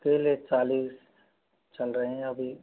केले चालीस चल रहे हैं अभी